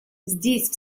здесь